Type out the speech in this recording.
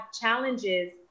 challenges